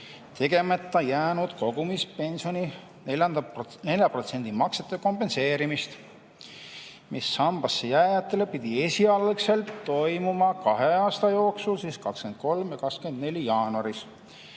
tegemata jäänud kogumispensioni 4% maksete kompenseerimist, mis sambasse jääjatele pidi esialgu toimuma kahe aasta jooksul 2023. ja 2024.